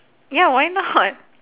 ya why not